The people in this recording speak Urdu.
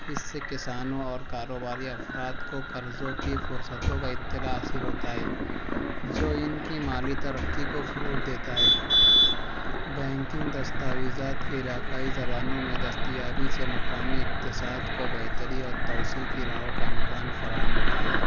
اس سے کسانوں اور کاروباری افراد کو قرضوں کی فرصتوں کا اِطِّلاع حاصل ہوتا ہے جو ان کی مالی ترقی کو فروغ دیتا ہے بینکنگ دستاویزات کے علاقائی زبانوں میں دستیابی سے مقامی اقتصاد کو بہتری اور توسیع کی راہوں کا امکان فراہم ہوتا ہے